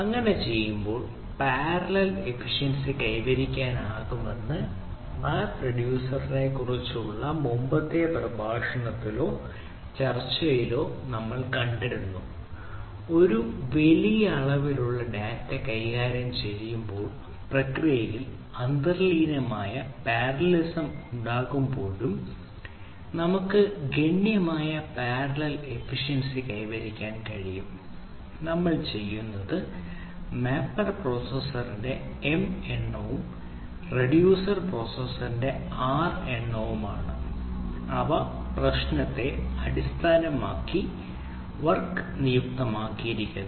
അങ്ങനെ ചെയ്യുമ്പോൾ parallel efficiency എണ്ണവും ആണ് അവ പ്രശ്നത്തെ അടിസ്ഥാനമാക്കി വർക്ക് നിയുക്തമാക്കിയിരിക്കുന്നു